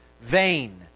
vain